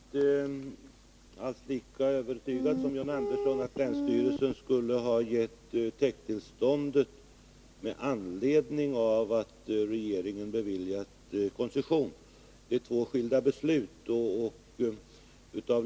Herr talman! Jag är inte alls lika övertygad som John Andersson när det gäller att länsstyrelsen skulle ha gett täkttillståndet med anledning av att regeringen beviljat koncession. Det gäller här två skilda beslut. Herr talman!